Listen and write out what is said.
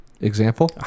example